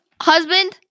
husband